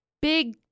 Big